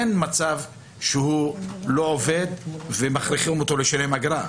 אין מצב שהוא לא עובד ומכריחים אותו לשלם אגרה,